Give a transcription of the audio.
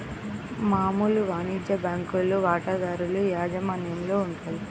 మామూలు వాణిజ్య బ్యాంకులు వాటాదారుల యాజమాన్యంలో ఉంటాయి